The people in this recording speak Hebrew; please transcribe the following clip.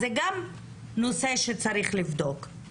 זה גם נושא שצריך לבדוק.